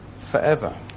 forever